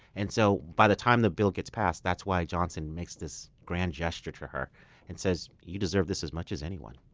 and so by the time the bill gets passed, that's why johnson makes this grand gesture to her and says, you deserve this as much as anyone.